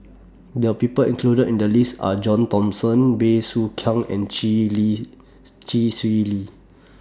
The People included in The list Are John Thomson Bey Soo Khiang and Chee Lee Chee Swee Lee